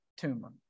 tumor